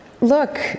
look